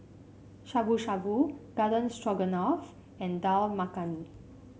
Shabu Shabu Garden Stroganoff and Dal Makhani